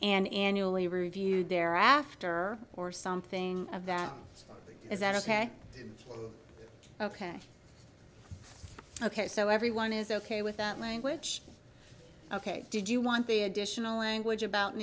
and annually reviewed there after or something of that is that ok ok ok so everyone is ok with that language ok did you want the additional language about